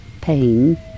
pain